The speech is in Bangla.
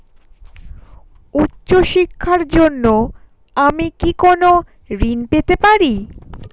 উচ্চশিক্ষার জন্য আমি কি কোনো ঋণ পেতে পারি?